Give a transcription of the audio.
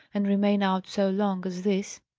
and remain out so long as this.